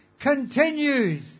continues